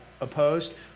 Opposed